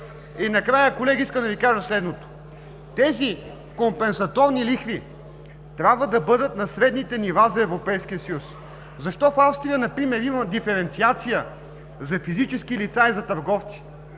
И на края, колеги, искам да Ви кажа следното: тези компенсаторни лихви трябва да бъдат на средните нива за Европейския съюз. Защо в Австрия например има диференциация за физически лица и за търговци?